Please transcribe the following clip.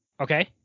okay